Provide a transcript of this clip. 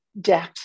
depth